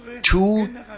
two